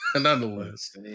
nonetheless